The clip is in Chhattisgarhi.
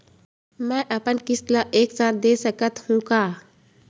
मै अपन किस्त ल एक साथ दे सकत हु का?